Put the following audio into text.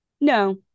No